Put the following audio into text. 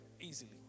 easily